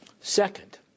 Second